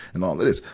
and all of this.